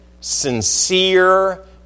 sincere